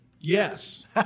Yes